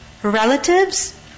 relatives